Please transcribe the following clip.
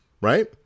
right